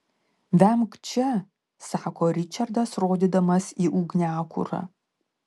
vemk čia sako ričardas rodydamas į ugniakurą